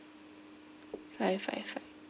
five five five